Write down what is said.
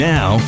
Now